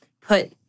put